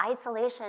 isolation